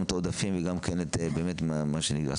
גם את העודפים וגם כן את באמת מה שנדרש.